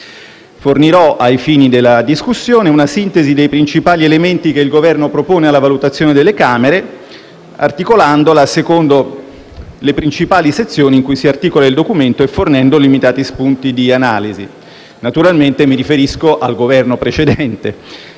Fornirò, ai fini della discussione, una sintesi dei principali elementi che il Governo propone alla valutazione delle Camere, articolandola secondo le principali sezioni di cui si compone il documento e fornendo limitati spunti di analisi. Naturalmente mi riferisco al Governo precedente.